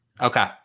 Okay